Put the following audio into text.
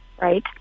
right